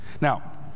Now